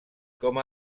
com